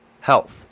health